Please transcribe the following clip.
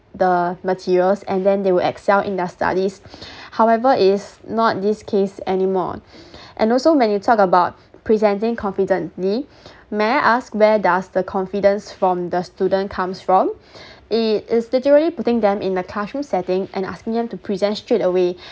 the materials and then they will excel in their studies however it is not this case anymore and also when you talk about presenting confidently may I ask where does the confidence from the student comes from it it is literally putting them in the classroom setting and asking them to present straight away